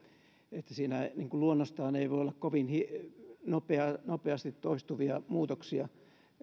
siinä luonnostaan ei voi olla kovin nopeasti nopeasti toistuvia muutoksia